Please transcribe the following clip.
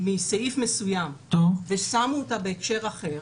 מסעיף מסוים ושמו אותה בהקשר אחר,